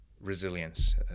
resilience